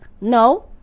No